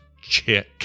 chick